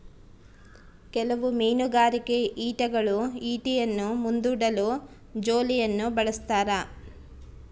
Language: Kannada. ಕೆಲವು ಮೀನುಗಾರಿಕೆ ಈಟಿಗಳು ಈಟಿಯನ್ನು ಮುಂದೂಡಲು ಜೋಲಿಯನ್ನು ಬಳಸ್ತಾರ